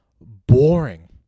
boring